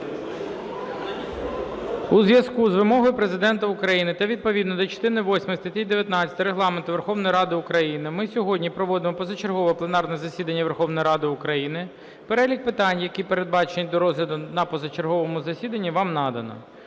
У зв'язку з вимогою Президента України та відповідно до частини восьмої статті 19 Регламенту Верховної Ради України ми сьогодні проводимо позачергове пленарне засідання Верховної Ради України. Перелік питань, які передбачені до розгляду на позачерговому засіданні, вам надано.